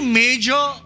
major